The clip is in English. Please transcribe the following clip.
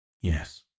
Yes